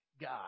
God